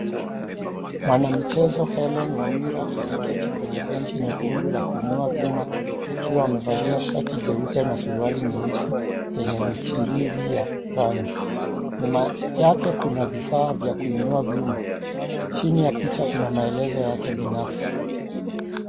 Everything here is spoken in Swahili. Mwanamichezo Hellen Wawira ameketi kwenye benchi nyekundu la kuinua vyuma akiwa amevalia shati jeupe na suruali nyeusi yenye michirizi ya rangi. Nyuma yake kuna vifaa vya kuinua vyuma. Chini ya picha kuna maelezo yake binafsi.